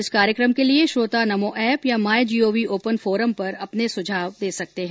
इस कार्यक्रम के लिये श्रोता नमो एप या माईजीओवी ओपन फोरम पर अपने सुझाव दे सकते हैं